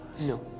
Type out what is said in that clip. No